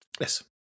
Yes